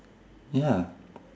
ya